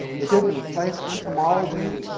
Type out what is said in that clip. it didn't replace entomology.